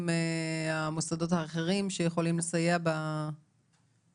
עם המוסדות האחרים שיכולים לסייע בפינוי?